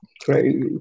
Crazy